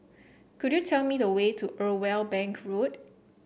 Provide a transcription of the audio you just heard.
could you tell me the way to Irwell Bank Road